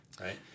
right